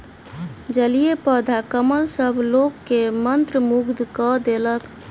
जलीय पौधा कमल सभ लोक के मंत्रमुग्ध कय देलक